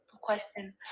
question